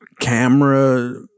camera